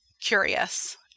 curious